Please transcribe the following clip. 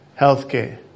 healthcare